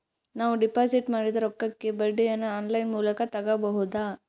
ನಾವು ಡಿಪಾಜಿಟ್ ಮಾಡಿದ ರೊಕ್ಕಕ್ಕೆ ಬಡ್ಡಿಯನ್ನ ಆನ್ ಲೈನ್ ಮೂಲಕ ತಗಬಹುದಾ?